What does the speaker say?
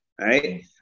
Right